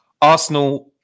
Arsenal